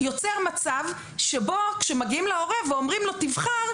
יוצר מצב שבו כשמגיעים להורה ואומרים לו תבחר,